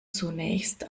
zunächst